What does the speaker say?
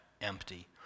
empty